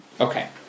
Okay